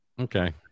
Okay